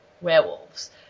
werewolves